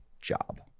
job